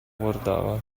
guardava